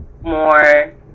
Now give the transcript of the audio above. more